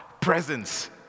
presence